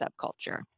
subculture